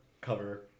cover